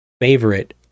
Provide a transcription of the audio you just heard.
favorite